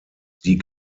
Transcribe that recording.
die